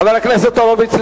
חבר הכנסת הורוביץ,